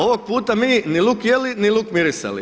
Ovog puta mi ni luk ni jeli ni luk mirisali.